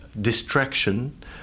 distraction